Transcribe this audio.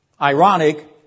Ironic